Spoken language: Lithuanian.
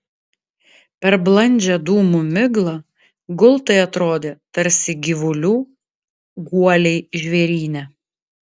per blandžią dūmų miglą gultai atrodė tarsi gyvulių guoliai žvėryne